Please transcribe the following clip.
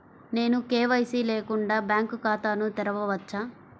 నేను కే.వై.సి లేకుండా బ్యాంక్ ఖాతాను తెరవవచ్చా?